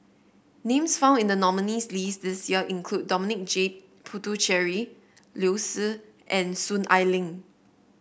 names found in the nominees' list this year include Dominic J Puthucheary Liu Si and Soon Ai Ling